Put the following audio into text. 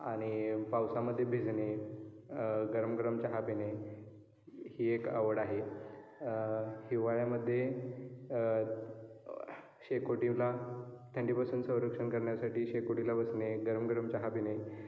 आणि पावसामध्ये भिजणे गरमगरम चहा पिणे ही एक आवड आहे हिवाळ्यामध्ये शेकोटीला थंडीपासून संरक्षण करण्यासाठी शेकोटीला बसणे गरमगरम चहा पिणे